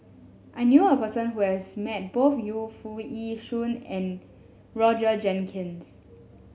I knew a person who has met both Yu Foo Yee Shoon and Roger Jenkins